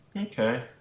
Okay